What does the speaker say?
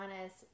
honest